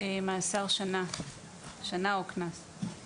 אוסר את השימוש בתואר "רופא" או כל תואר